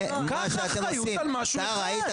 קח אחריות על משהו אחד.